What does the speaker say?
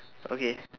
okay